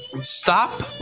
stop